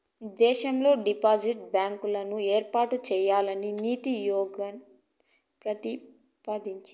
దేశంలో డిజిటల్ బ్యాంకులను ఏర్పాటు చేయాలని నీతి ఆయోగ్ ప్రతిపాదించింది